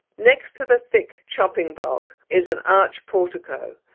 next to the thick chopping block is an arched portico.